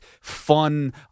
fun